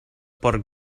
por